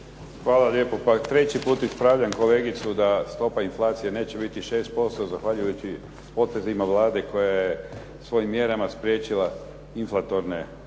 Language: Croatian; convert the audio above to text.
Hvala lijepo. Pa treći put ispravljam kolegicu da stopa inflacije neće biti 6% zahvaljujući potezima Vlade koja je svojim mjerama spriječila inflatorne pritiske.